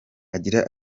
agira